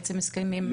הסכמים בילטראליים.